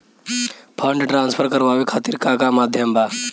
Fund transfer करवाये खातीर का का माध्यम बा?